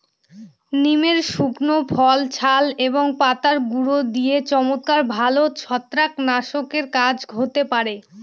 নিমের শুকনো ফল, ছাল এবং পাতার গুঁড়ো দিয়ে চমৎকার ভালো ছত্রাকনাশকের কাজ হতে পারে